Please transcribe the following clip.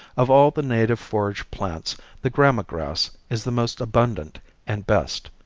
of all the native forage plants the gramma grass is the most abundant and best.